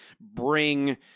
Bring